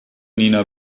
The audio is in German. nina